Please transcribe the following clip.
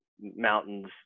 mountains